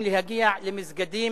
עמדת על הבמה למעלה מתשע דקות.